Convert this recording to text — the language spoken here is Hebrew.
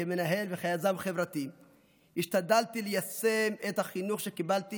כמנהל וכיזם חברתי השתדלתי ליישם את החינוך שקיבלתי